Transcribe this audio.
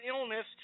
illness